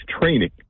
training